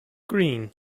green